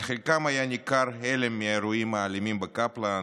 על חלקם היה ניכר הלם מהאירועים האלימים בקפלן.